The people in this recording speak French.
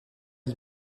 ils